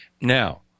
Now